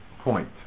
point